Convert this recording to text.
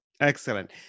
Excellent